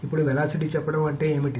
ఇప్పుడు వెలాసిటీ చెప్పడం అంటే ఏమిటి